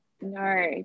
no